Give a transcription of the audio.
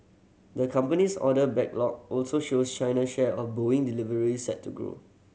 the company's order backlog also shows China's share of Boeing deliveries set to grow